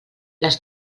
les